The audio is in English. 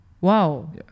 Wow